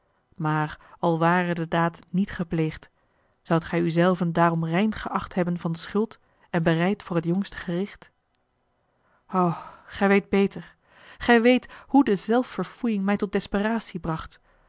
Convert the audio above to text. maar al ware de daad niet gepleegd zoudt gij u zelven daarom rein geacht hebben van schuld en bereid voor het jongste gericht o gij weet beter gij weet hoe de zelfverfoeiing mij tot desperacie bracht